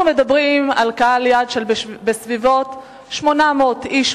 אנחנו מדברים על קהל יעד של בסביבות 800 איש,